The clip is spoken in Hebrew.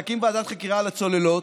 להקים ועדת חקירה לצוללות,